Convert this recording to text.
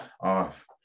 off